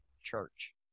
church